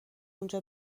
اونجا